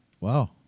Wow